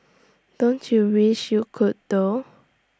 don't you wish you could though